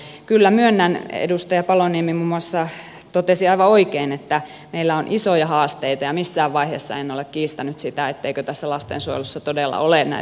ja kyllä myönnän muun muassa edustaja paloniemi totesi aivan oikein että meillä on isoja haasteita ja missään vaiheessa en ole kiistänyt sitä etteikö tässä lastensuojelussa todella ole näitä haasteita